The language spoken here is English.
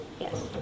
Yes